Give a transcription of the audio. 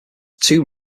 two